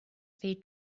they